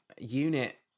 unit